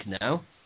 now